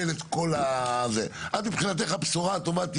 לגביה אופן התיאום עם הרשות המקומית,